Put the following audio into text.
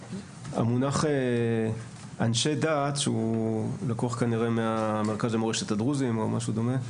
המונח "אנשי דת" שהוא לקוח כנראה מהמרכז למורשת הדרוזים או משהו דומה,